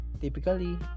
Typically